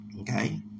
okay